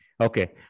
okay